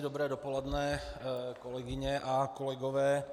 Dobré dopoledne, kolegyně a kolegové.